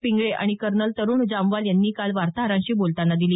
पिंगळे आणि कर्नल तरुण जमवाल यांनी काल वार्ताहरांशी बोलतांना दिली